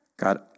God